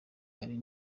hari